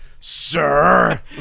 sir